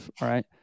right